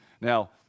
Now